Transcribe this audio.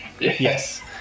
Yes